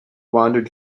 wandered